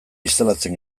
instalatzen